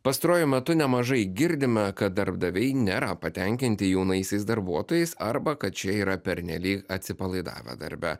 pastaruoju metu nemažai girdime kad darbdaviai nėra patenkinti jaunaisiais darbuotojais arba kad šie yra pernelyg atsipalaidavę darbe